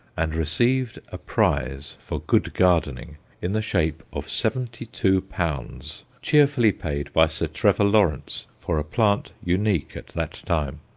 and received a prize for good gardening in the shape of seventy-two pounds, cheerfully paid by sir trevor lawrence for a plant unique at that time.